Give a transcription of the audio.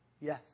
Yes